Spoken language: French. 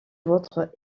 votre